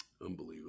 Unbelievable